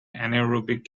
anaerobic